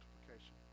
multiplication